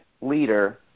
leader